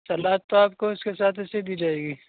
سلاد تو آپ کو اس کے ساتھ ایسے دی جائے گی